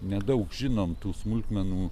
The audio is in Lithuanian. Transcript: nedaug žinom tų smulkmenų